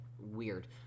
weird